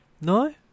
No